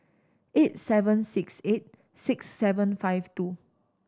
eight seven six eight six seven five two